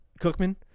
Cookman